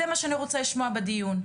זה מה שאני רוצה לשמוע בדיון.